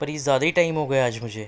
پر یہ زیادہ ہی ٹائم ہو گیا آج مجھے